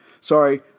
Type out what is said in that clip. Sorry